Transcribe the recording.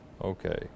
okay